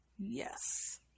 Yes